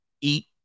eat